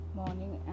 morning